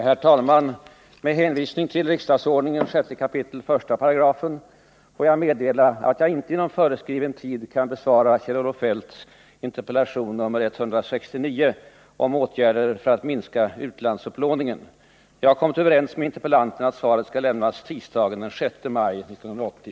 Herr talman! Med hänvisning till riksdagsordningens 6 kap. 1§ får jag meddela att jag inte inom föreskriven tid kan besvara interpellation nr 169 av Kjell-Olof Feldt om åtgärder för att minska utlandsupplåningen. Jag har kommit överens med interpellanten att svaret skall lämnas tisdagen den 6 maj 1980.